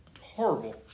Horrible